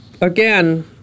again